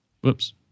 Whoops